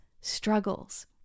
struggles